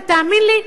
ותאמין לי,